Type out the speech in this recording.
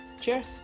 Cheers